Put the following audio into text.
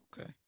Okay